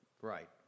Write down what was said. Right